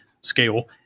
scale